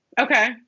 Okay